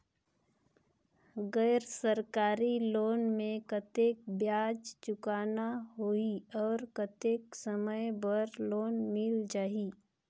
गैर सरकारी लोन मे कतेक ब्याज चुकाना होही और कतेक समय बर लोन मिल जाहि?